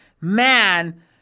man